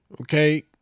okay